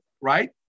Right